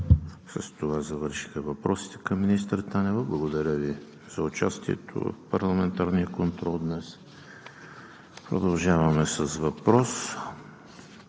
С това завършиха въпросите към министър Танева. Благодаря Ви за участието в Парламентарния контрол днес. Продължаваме с въпрос